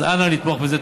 אז אנא לתמוך בזה.